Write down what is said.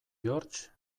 george